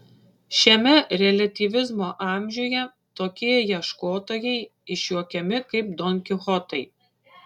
šiame reliatyvizmo amžiuje tokie ieškotojai išjuokiami kaip don kichotai